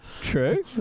True